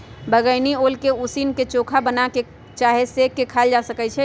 बइगनी ओल के उसीन क, चोखा बना कऽ चाहे सेंक के खायल जा सकइ छै